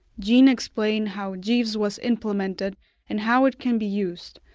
jean explains how jeeves was implemented and how it can be used.